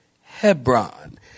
Hebron